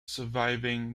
surviving